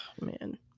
man